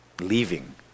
leaving